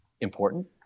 important